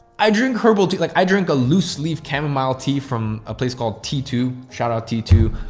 i drink herbal tea. like i drink a loose leaf camomile tea from a place called t two. shout out t two.